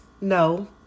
No